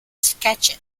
sketches